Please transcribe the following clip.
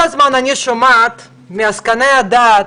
אני שומעת כל הזמן מעסקני הדת,